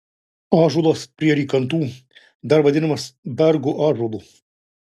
ąžuolas prie rykantų dar vadinamas bergo ąžuolu